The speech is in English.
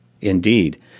Indeed